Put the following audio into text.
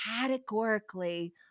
categorically